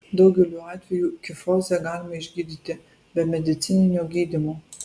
daugeliu atvejų kifozę galima išgydyti be medicininio gydymo